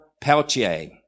Peltier